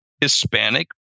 Hispanic